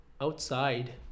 outside